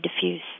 diffuse